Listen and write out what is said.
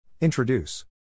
Introduce